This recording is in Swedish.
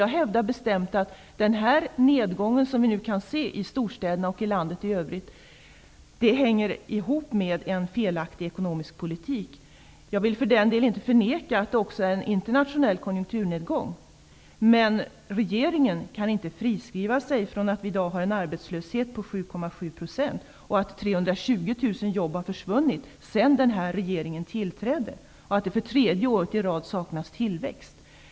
Jag hävdar bestämt att den nedgång som vi nu kan se i storstäderna och i landet i övrigt hänger ihop med en felaktig ekonomisk politik. Jag vill för den delen inte förneka att det också är fråga om en internationell konjunkturnedgång. Men regeringen kan inte friskriva sig från att vi i dag har en arbetslöshet på 7,7 % och att 320 000 jobb har försvunnit sedan den nuvarande regeringen tillträdde och att det för tredje året i rad saknas tillväxt.